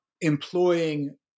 employing